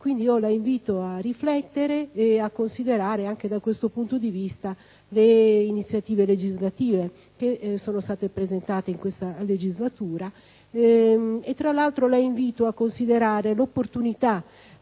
Quindi la invito a riflettere e a considerare anche da questo punto di vista le iniziative legislative presentate nell'attuale legislatura. Tra l'altro, la invito a considerare l'opportunità